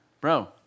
Bro